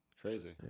Crazy